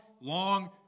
long